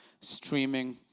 streaming